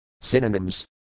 Synonyms